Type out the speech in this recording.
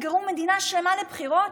תגררו מדינה שלמה לבחירות?